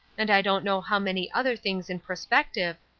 and i don't know how many other things in prospective,